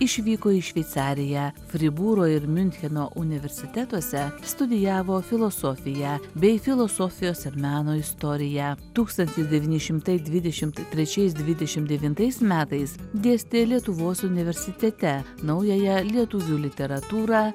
išvyko į šveicariją fribūro ir miuncheno universitetuose studijavo filosofiją bei filosofijos ir meno istoriją tūkstantis devyni šimtai dvidešimt trečiais dvidešimt devintais metais dėstė lietuvos universitete naująją lietuvių literatūrą